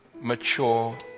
mature